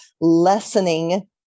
lessening